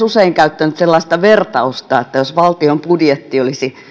usein käyttänyt sellaista vertausta että jos valtion budjetti olisi